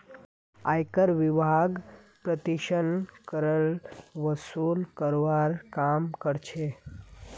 आयकर विभाग प्रत्यक्ष करक वसूल करवार काम कर्छे